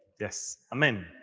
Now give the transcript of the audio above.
yes, amen.